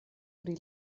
pri